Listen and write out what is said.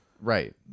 Right